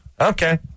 Okay